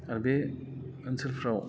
आरो बे ओनसोलफ्राव